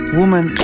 woman